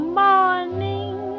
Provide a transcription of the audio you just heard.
morning